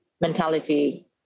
mentality